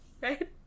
right